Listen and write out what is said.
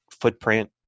footprint